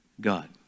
God